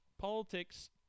politics